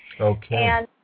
Okay